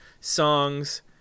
songs